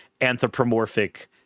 anthropomorphic